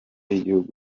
y’igihugu